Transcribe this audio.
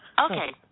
Okay